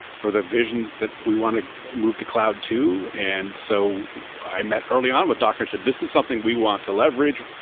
for the vision that we want to move to cloud to. and so i met early on with docker and said, this is something we want to leverage.